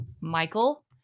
Michael